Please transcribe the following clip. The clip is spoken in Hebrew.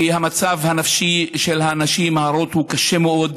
כי המצב הנפשי של הנשים ההרות קשה מאוד.